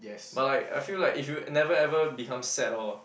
but like I feel like if you never ever become sad or